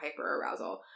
hyperarousal